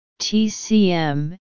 TCM